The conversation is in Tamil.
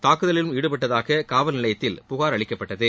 தாக்குதலிலும் ஈடுபட்டதாக காவல் நிலையத்தில் புகார் அளிக்கப்பட்டது